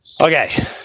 Okay